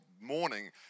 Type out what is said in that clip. Morning